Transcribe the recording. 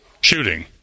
shooting